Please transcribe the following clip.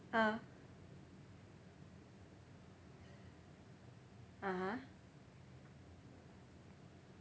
ah (uh huh)